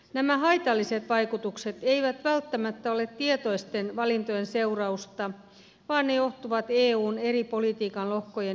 nämä haitalliset vaikutukset eivät välttämättä ole tietoisten valintojen seurausta vaan ne johtuvat eun eri politiikan lohkojen yhteisvaikutuksesta